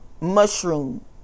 mushroom